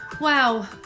Wow